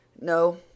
No